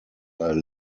are